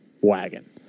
wagon